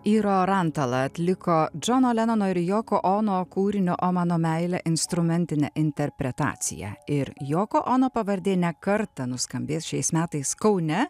iro rantala atliko džono lenono ir yoko ono kūrinio o mano meile instrumentinę interpretaciją ir yoko ono pavardė ne kartą nuskambės šiais metais kaune